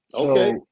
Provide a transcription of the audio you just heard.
Okay